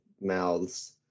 mouths